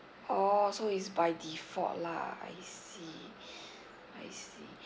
oh so it's by default lah I see I see